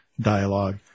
dialogue